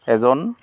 এজন